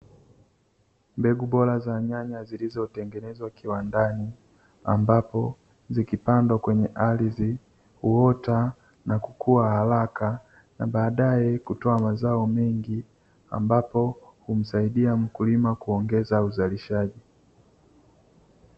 Mbegu bora za nyanya zilizotengenezwa kiwandani ambapo zikipandwa kwenye ardhi huota na kukua haraka na baadaye kutoa mazao mengi, ambapo humsaidia mkulima kuongeza uzalishaji.